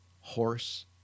horse